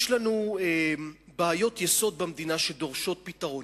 יש לנו בעיות יסוד במדינה שדורשות פתרון.